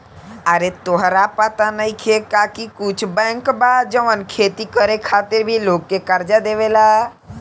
आरे तोहरा पाता नइखे का की कुछ बैंक बा जवन खेती करे खातिर भी लोग के कर्जा देवेला